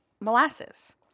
molasses